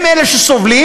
הם אלה שסובלים,